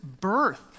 birth